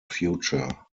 future